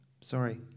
sorry